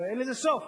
הרי אין לזה סוף.